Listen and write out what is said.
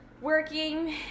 working